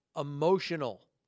emotional